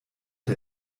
der